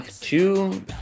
two